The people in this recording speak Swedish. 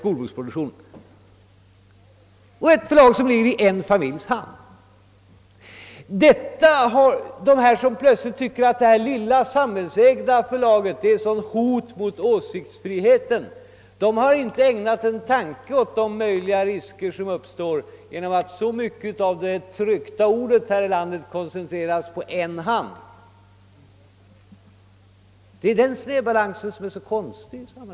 Och det är ett förlag som ligger i en familjs hand! De som nu plötsligt tycker att det här lilla samhällsägda förlaget utgör ett sådant hot mot åsiktsfriheten har tydligen inte ägnat en tanke å de risker som kan uppstå genom att så mycket av det tryckta ordet här i landet koncentreras på en hand. Det är den snedbalansen som är så konstig.